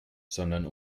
sondern